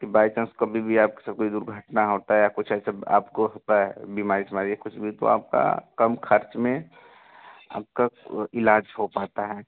कि by chance कभी भी आपके साथ कोई दुर्घटना होता है या कुछ ऐसे आपको होता है बिमारी सुमारी या कुछ भी तो आपका कम खर्च में आपका इलाज हो पाता है